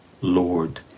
Lord